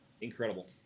incredible